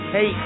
Hey